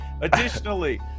Additionally